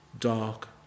Dark